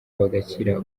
bagakira